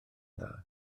dda